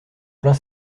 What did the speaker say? plein